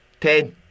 Ten